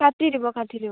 কাটি দিব কাটি দিব